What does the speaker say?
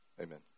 Amen